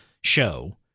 show